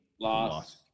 Lost